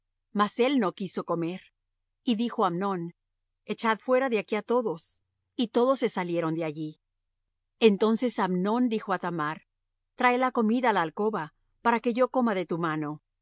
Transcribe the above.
mas él no quiso comer y dijo amnón echad fuera de aquí á todos y todos se salieron de allí entonces amnón dijo á thamar trae la comida á la alcoba para que yo coma de tu mano